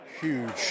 Huge